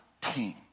team